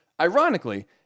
Ironically